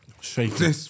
Shaking